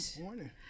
morning